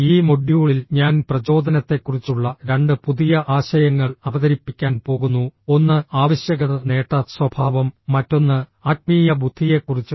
ഈ മൊഡ്യൂളിൽ ഞാൻ പ്രചോദനത്തെക്കുറിച്ചുള്ള രണ്ട് പുതിയ ആശയങ്ങൾ അവതരിപ്പിക്കാൻ പോകുന്നു ഒന്ന് ആവശ്യകത നേട്ട സ്വഭാവം മറ്റൊന്ന് ആത്മീയ ബുദ്ധിയെക്കുറിച്ച്